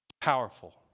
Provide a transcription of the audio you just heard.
powerful